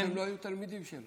או שהם לא היו תלמידים שלו.